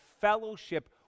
fellowship